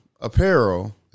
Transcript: apparel